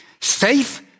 Safe